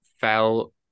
fell